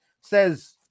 says